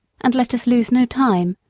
and let us lose no time.